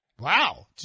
Wow